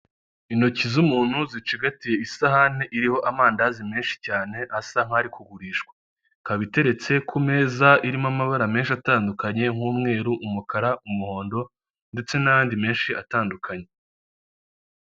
Intoki z'umuntu zicigatiye isahani iriho amandazi menshi cyane, asa nkaho ari kugurishwa, ikaba iteretse kumeza irimo amabara menshi atandukanye, nk'umweru umukara, umuhondo ndetse n'anyandidi menshi atandukanye.